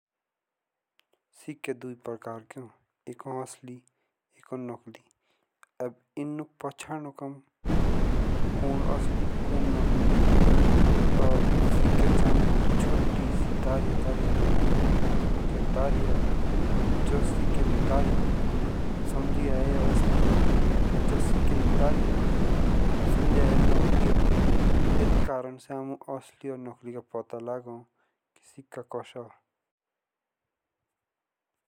सिक्के दो प्रकार के हो एक हो असली। एक हो नकली अब हम इनको पहचानोक आम। कुन असली कुन नकली सिक्के डे आम छोटी छोटी दरियाँ दो लाई। अब जोस सिक्के दी दरिया होन्धी समझिया यो असली। जोस सिक्के दी दरिया ना होन्धी समझो यो नकली हो ऐट कारण आम असली और नकली का पता लागो सिक्का कोई हो।